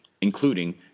including